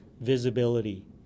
visibility